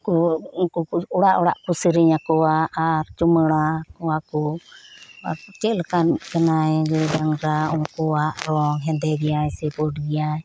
ᱩᱱᱠᱩ ᱩᱱᱠᱩ ᱠᱚᱚᱲᱟᱜ ᱚᱲᱟᱜ ᱠᱚ ᱥᱮᱹᱨᱮᱹᱧ ᱟᱠᱚᱣᱟᱟᱨ ᱪᱩᱢᱟᱹᱲᱟ ᱠᱚᱣᱟ ᱠᱚ ᱪᱮᱫ ᱞᱮᱠᱟᱱᱤᱡ ᱠᱟᱱᱟᱭ ᱜᱟᱹᱭ ᱰᱟᱝᱨᱟ ᱩᱝᱠᱩᱣᱟᱜ ᱨᱚᱝ ᱦᱮᱸᱫᱮ ᱜᱮᱭᱟᱭ ᱥᱮ ᱯᱳᱰ ᱜᱮᱭᱟᱭ